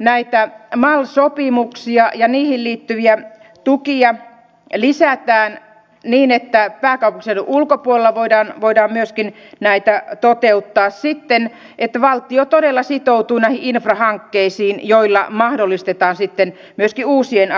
näitä mal sopimuksia ja niihin liittyviä tukia lisätään niin että pääkaupunkiseudun ulkopuolella voidaan myöskin näitä toteuttaa että valtio todella sitoutuu näihin infrahankkeisiin joilla mahdollistetaan sitten myöskin uusien